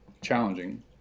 challenging